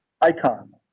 icon